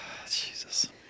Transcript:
Jesus